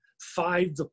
five